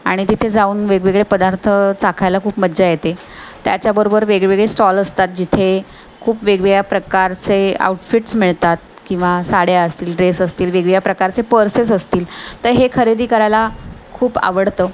आणि तिथे जाऊन वेगवेगळे पदार्थ चाखायला खूप मज्जा येते त्याच्याबरोबर वेगवेगळे स्टॉल असतात जिथे खूप वेगवेगळ्या प्रकारचे आऊटफिट्स मिळतात किंवा साड्या असतील ड्रेस असतील वेगवेगळ्या प्रकारचे पर्सेस असतील तर हे खरेदी करायला खूप आवडतं